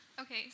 Okay